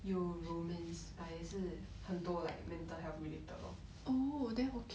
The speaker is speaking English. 有 romance but 也是很多 like mental health related lor